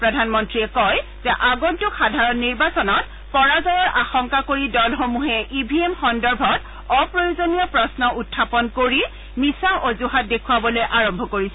প্ৰধানমন্ত্ৰীয়ে কয় যে আগন্তুক সাধাৰণ নিৰ্বাচনত পৰাজয়ৰ আশংকা কৰি দলসমূহে ই ভি এম সন্দৰ্ভত অপ্ৰয়োজনীয় প্ৰশ্ন উত্থাপন কৰি মিছা অজ্হাত দেখ্ৱাবলৈ আৰম্ভ কৰিছে